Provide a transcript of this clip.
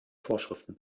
vorschriften